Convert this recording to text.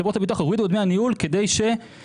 חברות הביטוח הורידו את דמי הניהול כדי לתת